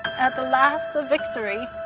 at the last, a victory,